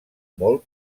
molt